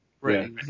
right